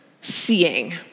seeing